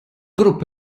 grupp